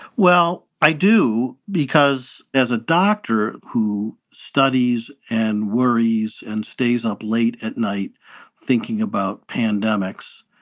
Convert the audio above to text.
well, i do, because as a doctor who studies and worries and stays up late at night thinking about pandemics,